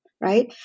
right